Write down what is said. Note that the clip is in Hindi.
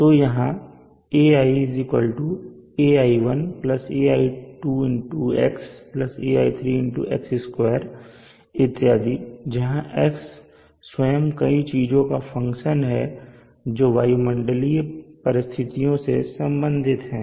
तो यहां Ai ai1 ai2 x ai3 x2 इत्यादि जहां x स्वयं कई चीजों का फ़ंक्शन है जो वायुमंडलीय स्थितियों से संबंधित हैं